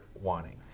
wanting